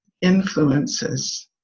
influences